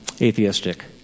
atheistic